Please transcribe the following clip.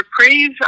reprieve